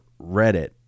Reddit